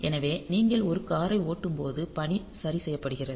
எனவே நீங்கள் ஒரு காரை ஓட்டும் போது பணி சரி செய்யப்படுகிறது